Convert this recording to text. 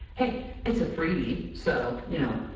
hey it's a freebie! so, you know!